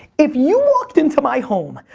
if you walked into my home,